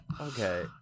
Okay